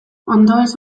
ondoez